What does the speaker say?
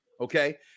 Okay